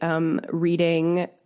reading